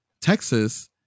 Texas